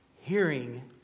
hearing